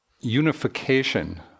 unification